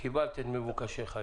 קיבלת את מבוקשך היום.